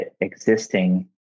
existing